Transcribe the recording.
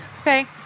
Okay